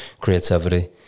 creativity